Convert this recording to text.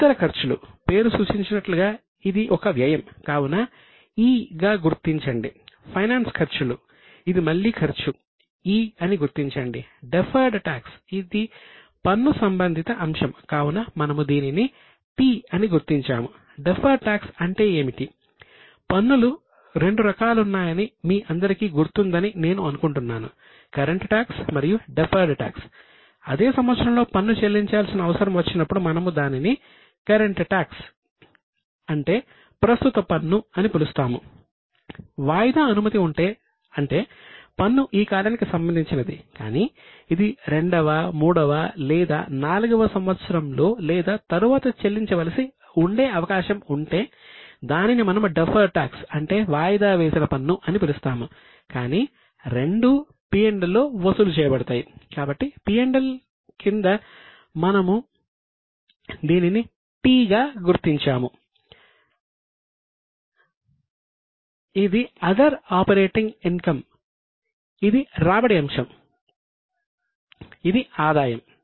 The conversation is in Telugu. ఇతర ఖర్చులు ఇది రాబడి అంశం కాబట్టి ఇది ఆదాయం